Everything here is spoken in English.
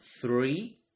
three